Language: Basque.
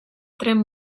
tren